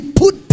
put